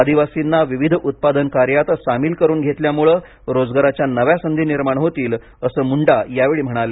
आदिवासींना विविध उत्पादन कार्यात सामील करून घेतल्यामुळे रोजगाराच्या नव्या संधी निर्माण होतील असं अर्जुन मुंडा यावेळी म्हणाले